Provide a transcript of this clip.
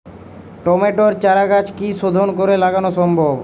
টমেটোর চারাগাছ কি শোধন করে লাগানো সম্ভব?